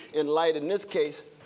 in light, in this case,